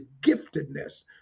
giftedness